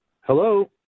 Hello